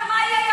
מי אתה שתחליט?